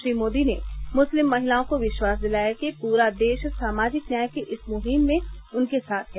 श्री मोदी ने मुस्लिम महिलाओं को विश्वास दिलाया कि पूरा देश सामाजिक न्याय की इस मुहिम में उनके साथ है